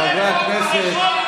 זה חוק פח.